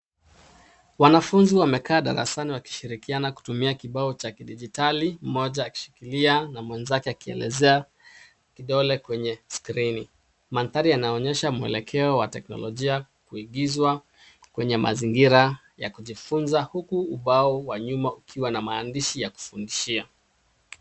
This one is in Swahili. Wanafunzi wamekaa darasani wakishirikiana kutumia kibao cha dijitali mmoja akishikilia na mwenzake akielezea kidole kwenye skrini. Mandhari yanaonyesha mwelekeo wa teknolojia kuigizwa kwenye mazingira ya kujifunza huku ubao wa nyuma ukiwa na maandishi ya kufundishia.